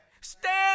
stand